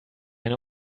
eine